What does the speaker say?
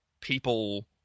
people